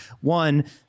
One